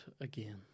again